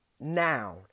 Noun